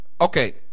Okay